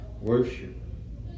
worship